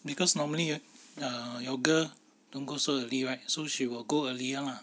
because normally err your girl so she will go earlier lah